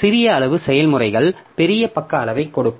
சிறிய அளவு செயல்முறைகள் பெரிய பக்க அளவைக் கொடுக்கும்